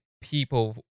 people